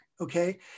Okay